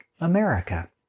America